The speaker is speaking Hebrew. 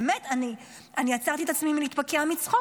באמת, אני עצרתי את עצמי מלהתפקע מצחוק.